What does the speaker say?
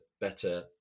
better